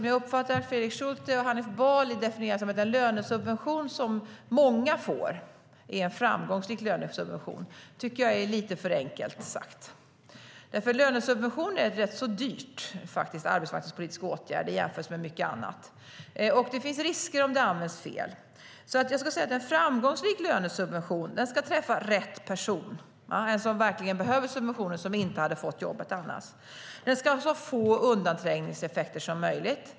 Jag uppfattar att Fredrik Schulte och Hanif Bali definierar en lönesubvention som många får som en framgångsrik lönesubvention. Det tycker jag är lite för enkelt sagt, för lönesubventioner är en rätt dyr arbetsmarknadspolitisk åtgärd i jämförelse med mycket annat, och det finns risker om de används fel. En framgångsrik lönesubvention ska träffa rätt person, någon som verkligen behöver subventionen och som inte hade fått jobbet annars. Den ska ha så få undanträngningseffekter som möjligt.